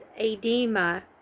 edema